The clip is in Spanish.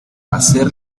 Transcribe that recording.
hacer